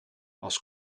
als